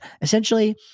essentially